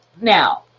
Now